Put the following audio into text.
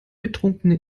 betrunkene